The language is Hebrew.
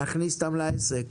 להכניס אותם לעסק.